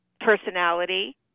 personality